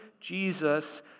Jesus